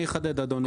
אני אחדד, אדוני.